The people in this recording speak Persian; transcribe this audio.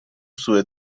سوء